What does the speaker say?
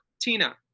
Tina